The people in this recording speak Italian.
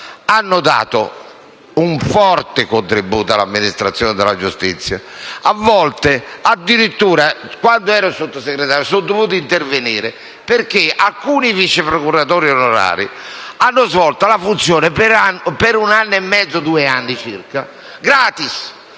la verità - un forte contributo all'amministrazione della giustizia. Addirittura, quando ero Sottosegretario, sono dovuto intervenire perché alcuni vice procuratori onorari hanno svolto la funzione per circa due anni *gratis*,